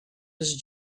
his